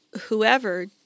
whoever